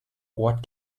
what